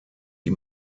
die